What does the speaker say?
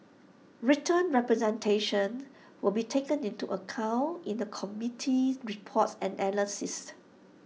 written representations will be taken into account in the committee's report and analysis